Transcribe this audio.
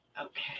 Okay